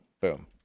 Boom